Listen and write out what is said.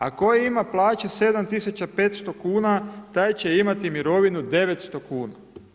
A koji ima plaću 7500 kuna taj će imati mirovinu 900 kuna.